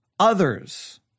others